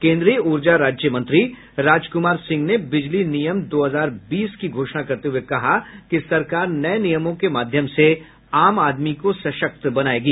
केन्द्रीय ऊर्जा राज्य मंत्री राज कुमार सिंह ने बिजली नियम दो हजार बीस की घोषणा करते हुए कहा कि सरकार नए नियमों के माध्यम से आम आदमी को सशक्त बनाया गया